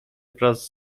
wraz